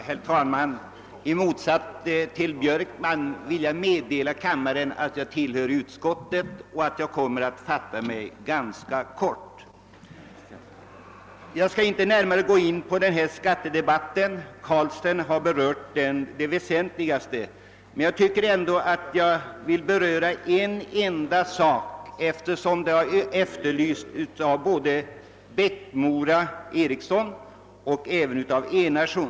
Herr talman! I motsats till herr Björkman vill jag meddela kammaren att jag tillhör utskottet och att jag kommer att fatta mig ganska kort. Jag skall inte gå närmare in på skattedebatten; herr Carlstein har tagit upp det väsentligaste i den. Men jag vill ändå beröra en sak som efterlysts både av herr Eriksson i Bäckmora och av herr Enarsson.